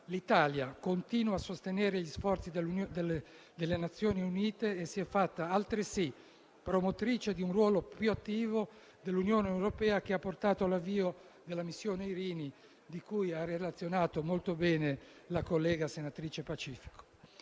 l'Italia continua a sostenere gli sforzi delle Nazioni unite e si è fatta altresì promotrice di un ruolo più attivo dell'Unione europea che ha portato all'avvio della missione Irini, di cui ha relazionato molto bene la collega senatrice Pacifico.